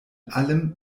allem